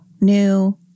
new